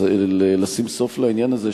ואחת ולתמיד לשים סוף לעניין הזה,